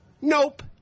Nope